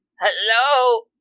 Hello